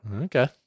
Okay